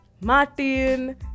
Martin